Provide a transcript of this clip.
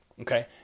okay